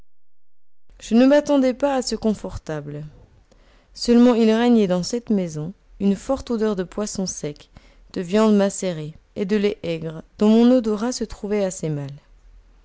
je ne m'attendais pas à ce confortable seulement il régnait dans cette maison une forte odeur de poisson sec de viande macérée et de lait aigre dont mon odorat se trouvait assez mal